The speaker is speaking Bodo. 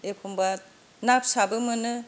एखम्बा ना फिसाबो मोनो